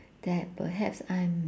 that perhaps I'm